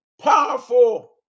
powerful